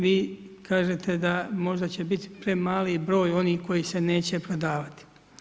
Vi kažete da možda će biti premali broj onih koji se neće prodavati.